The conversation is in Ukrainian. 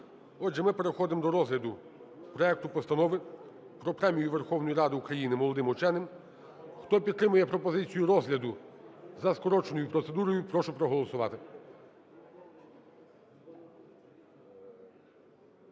Отже, ми переходимо до розгляду проекту Постанови про Премію Верховної Ради України молодим ученим. Хто підтримує пропозицію розгляду за скороченою процедурою, прошу проголосувати.